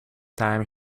time